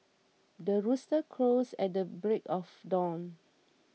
the rooster crows at the break of dawn